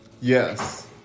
Yes